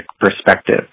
perspective